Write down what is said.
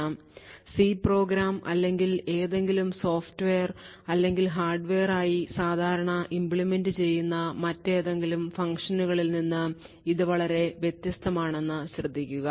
C program അല്ലെങ്കിൽ ഏതെങ്കിലും software അല്ലെങ്കിൽ ഹാർഡ്വെയർ ആയി സാധാരണ implement ചെയ്യുന്ന മറ്റേതെങ്കിലും ഫംഗ്ഷനുകളിൽ നിന്ന് ഇത് വളരെ വ്യത്യസ്തമാണെന്ന് ശ്രദ്ധിക്കുക